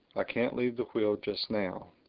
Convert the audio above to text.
i can't leave the wheel just now.